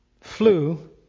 flew